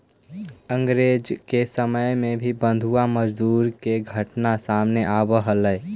अंग्रेज के समय में भी बंधुआ मजदूरी के घटना सामने आवऽ हलइ